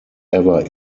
ever